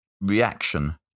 reaction